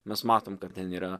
mes matom kad ten yra